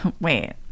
Wait